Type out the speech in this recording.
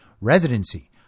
residency